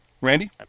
Randy